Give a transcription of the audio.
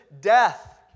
death